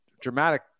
Dramatic